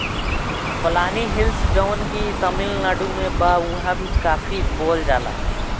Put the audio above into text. पलानी हिल्स जवन की तमिलनाडु में बा उहाँ भी काफी बोअल जाला